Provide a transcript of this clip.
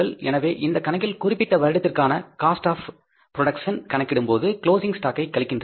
எனவே இந்தக் கணக்கில் குறிப்பிட்ட வருடத்திற்கான காஸ்ட் ஆப் ப்ரொடக்ஷன் கணக்கிடும்போது க்ளோஸிங் ஸ்டாக் ஐ கழிக்கிறார்கள்